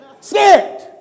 Scared